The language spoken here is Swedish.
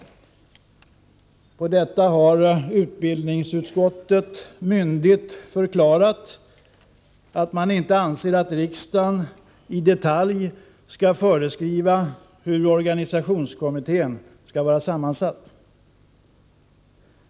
Till detta har utbildningsutskottet myndigt förklarat att man inte anser att riksdagen i detalj skall föreskriva hur organisationskommittén skall vara sammansatt.